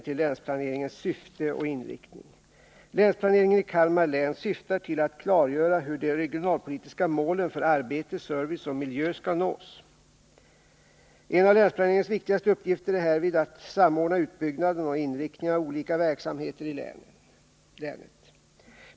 Länsplaneringen i Kalmar län syftar till att klargöra hur de regionalpolitiska målen för arbete, service och milj skall nås. En av länsplaneringens viktigaste uppgifter är härvid att samordna utbyggnaden och inriktningen av olika verksamheter i länet.